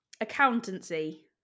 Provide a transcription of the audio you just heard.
accountancy